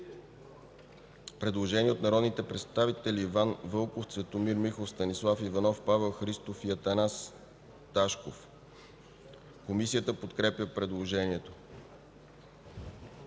Предложение от народните представители Иван Вълков, Цветомир Михов, Станислав Иванов, Павел Христов и Атанас Ташков. Комисията подкрепя предложението.